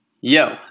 yo